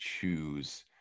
choose